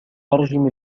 ترجم